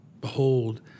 Behold